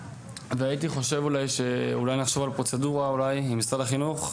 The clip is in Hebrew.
הייתי חושב אולי שאולי נחשוב על פרוצדורה אולי עם משרד החינוך,